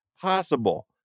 possible